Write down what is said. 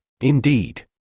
Indeed